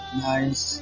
nice